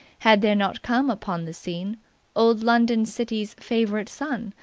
had there not come upon the scene old london city's favourite son,